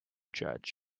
judge